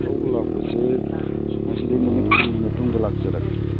ꯂꯧꯕ ꯂꯥꯛꯄꯁꯤ ꯉꯁꯤꯗꯒꯤ ꯅꯨꯃꯤꯠ ꯍꯨꯝꯅꯤ ꯃꯇꯨꯡꯗ ꯂꯥꯛꯆꯔꯒꯦ